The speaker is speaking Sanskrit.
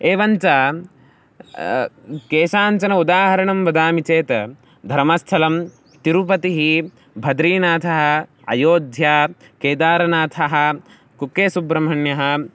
एवञ्च केषाञ्चन उदाहरणं वदामि चेत् धर्मस्थलं तिरुपतिः बद्रीनाथः अयोध्या केदारनाथः कुक्के सुब्रह्मण्यः